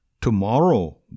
tomorrow